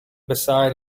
beside